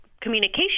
communication